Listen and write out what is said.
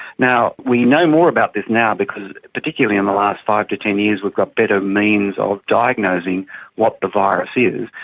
we know more about this now because particularly in the last five to ten years we've got better means of diagnosing what the virus is,